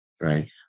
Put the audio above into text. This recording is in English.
Right